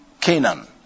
Canaan